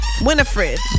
Winifred